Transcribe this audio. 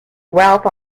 guelph